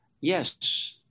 Yes